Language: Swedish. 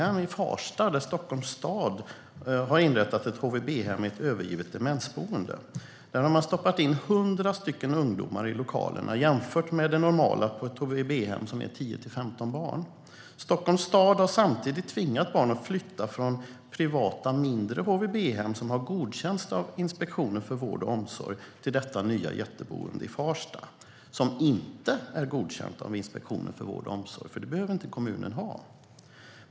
I Farsta har Stockholms stad inrättat ett HVB-hem i ett övergivet demensboende. Där har man stoppat in 100 ungdomar i lokalerna - jämfört med det normala på ett HVB-hem som är 10-15 barn. Stockholms stad har samtidigt tvingat barnen att flytta från privata mindre HVB-hem som har godkänts av Inspektionen för vård och omsorg till detta nya jätteboende i Farsta, som inte är godkänt av Inspektionen för vård och omsorg. Ett sådant godkännande behöver inte kommunen ha.